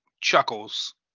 Chuckles